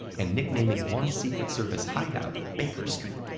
and nicknaming one secret service hideout baker street.